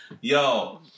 Yo